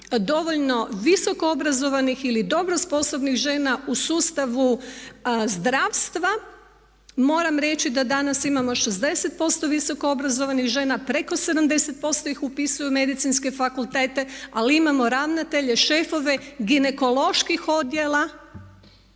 dovoljno visoko obrazovanih ili dobro sposobnih žena u sustavu zdravstva, moram reći da danas imamo 60% visoko obrazovanih žena, preko 70% ih upisuju medicinske fakultete ali imamo ravnatelje, šefove, ginekoloških odjela